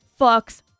fucks